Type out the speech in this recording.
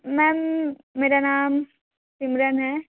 ma'am मेरा नाम सिमरन है